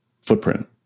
footprint